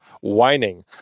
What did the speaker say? whining